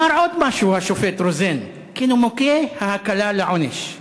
אמר עוד משהו השופט רוזן כנימוקי ההקלה בעונש: